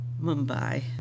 Mumbai